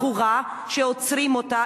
בחורה שעוצרים אותה.